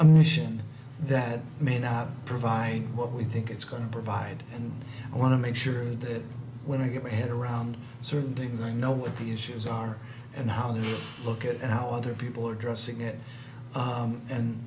a mission that may not provide what we think it's going to provide and i want to make sure that when i get my head around certain things i know what the issues are and how to look at how other people are addressing it